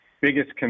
biggest